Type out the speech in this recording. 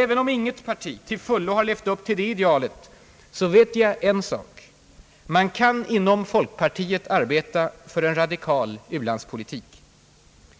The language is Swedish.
Även om inget parti till fullo har levt upp till det idealet, vet jag en sak: man kan inom folkpartiet arbeta för en radikal u-landspolitik.